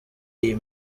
iyi